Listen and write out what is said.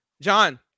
John